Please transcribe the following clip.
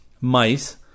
mice